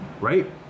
right